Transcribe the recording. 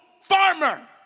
farmer